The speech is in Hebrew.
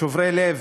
שוברי לב,